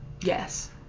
Yes